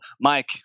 Mike